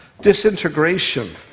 disintegration